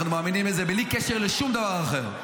אנחנו מאמינים לזה, בלי שום קשר לשום דבר אחר.